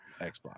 xbox